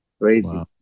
Crazy